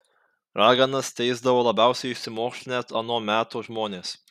raganas teisdavo labiausiai išsimokslinę ano meto žmonės